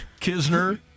kisner